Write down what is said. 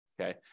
okay